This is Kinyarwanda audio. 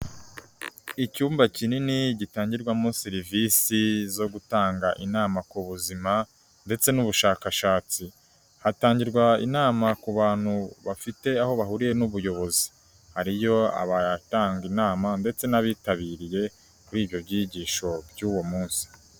Icyumba kinini gitangirwamo serivisi zo gutanga inama ku buzima ndetse n'ubushakashatsi. Hatangirwa inama ku bantu bafite aho bahuriye n'ubuyobozi, hariyo abatanga inama ndetse n'abitabiriye ibyo byigisho by'uwo munsi.